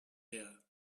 here